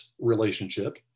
relationship